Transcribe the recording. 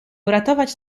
uratować